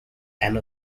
and